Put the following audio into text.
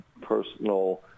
personal